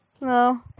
No